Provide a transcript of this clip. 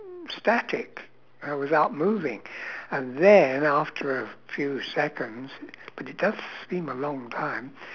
static I was out moving and then after a few seconds but it does seem a long time